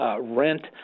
rent